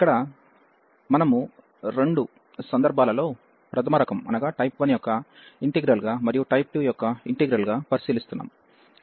ఇక్కడ మనము రెండు సందర్భాలలో ప్రధమ రకం యొక్క ఇంటిగ్రల్ గా మరియు టైప్ 2 యొక్క ఇంటిగ్రల్ గా పరిశీలిస్తున్నాము